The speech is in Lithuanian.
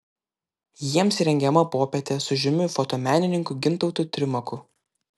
jiems rengiama popietė su žymiu fotomenininku gintautu trimaku